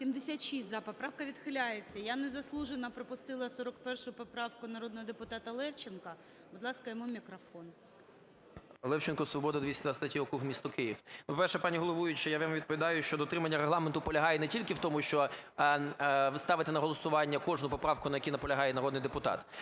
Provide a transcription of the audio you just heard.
За-76 Поправка відхиляється. Я незаслужено пропустила 41 поправку народного депутата Левченка. Будь ласка, йому мікрофон. 16:46:46 ЛЕВЧЕНКО Ю.В. Левченко, "Свобода", 223 округ, місто Київ. По-перше, пані головуюча, я вам відповідаю, що дотримання Регламенту полягає не тільки в тому, що ви ставите на голосування кожну поправку, на якій наполягає народний депутат,